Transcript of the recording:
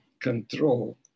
control